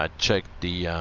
ah check the